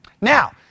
Now